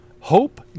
Hope